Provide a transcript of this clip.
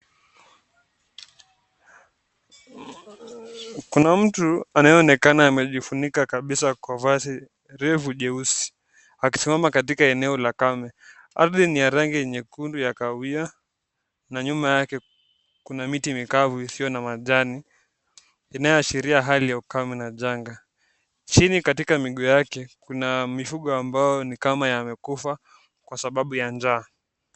Kuna mtu anayeonekana amejifunika kabisa kwa vazi refu jeusi. Akisimama katika eneo la kame ardhi ni ya rangi ya nyekundu ya kahawia na nyuma yake kuna miti mikavu isiyo na majani inayoashiria hali ya ukame na janga. Chini katika miguu yake kuna mifugo ambayo ni kama yamekufa kwa sababu ya njaa.